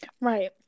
Right